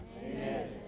amen